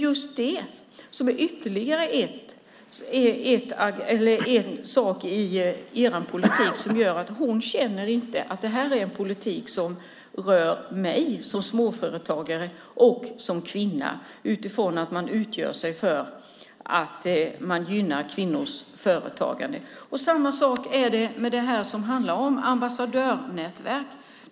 Just det är ytterligare en sak i er politik som gör att hon inte känner att det här är en politik som rör henne som småföretagare och som kvinna; utifrån att man utger sig för att gynna kvinnors företagande. Samma sak är det med det som handlar om ambassadörsnätverk.